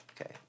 Okay